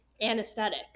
anesthetic